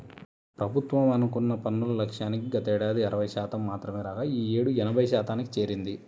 ప్రభుత్వం అనుకున్న పన్నుల లక్ష్యానికి గతేడాది అరవై శాతం మాత్రమే రాగా ఈ యేడు ఎనభై శాతానికి చేరింది